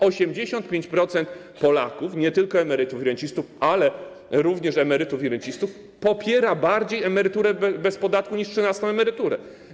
85% Polaków, nie tylko emerytów i rencistów, ale również emerytów i rencistów, bardziej popiera emeryturę bez podatku niż trzynastą emeryturę.